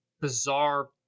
bizarre